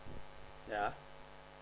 yeah